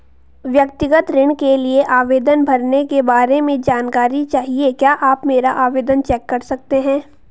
व्यक्तिगत ऋण के लिए आवेदन भरने के बारे में जानकारी चाहिए क्या आप मेरा आवेदन चेक कर सकते हैं?